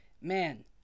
man